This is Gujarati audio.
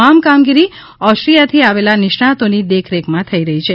તમામ કામગીરી ઓસ્ટ્રીયાથી આવેલા નિષ્ણાંતોની દેખરેખમાં થઈ રહી છે